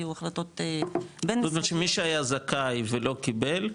היו החלטות בין-משרדיות --- זאת אומרת מי שהיה זכאי ולא קיבל,